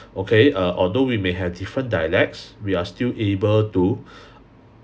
okay err although we may have different dialects we are still able to